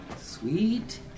Sweet